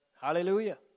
Hallelujah